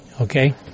Okay